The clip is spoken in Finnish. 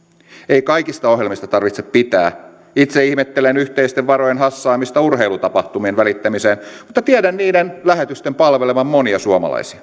ei kaikista ohjelmista tarvitse pitää itse ihmettelen yhteisten varojen hassaamista urheilutapahtumien välittämiseen mutta tiedän niiden lähetysten palvelevan monia suomalaisia